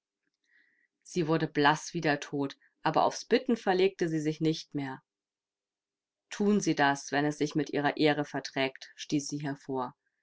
sie wurde blaß wie der tod aber aufs bitten verlegte sie sich nicht mehr thun sie das wenn es sich mit ihrer ehre verträgt stieß sie hervor